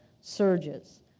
surges